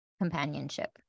companionship